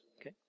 Okay